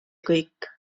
kõik